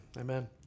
Amen